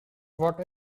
what